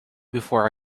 before